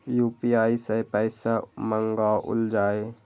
UPI सै पैसा मंगाउल जाय?